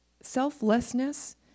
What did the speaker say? selflessness